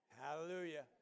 Hallelujah